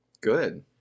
good